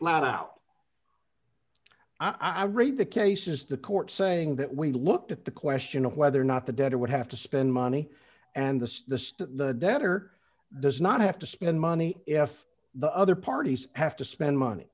flat out i read the cases the court saying that we looked at the question of whether or not the debtor would have to spend money and the state the debtor does not have to spend money if the other parties have to spend money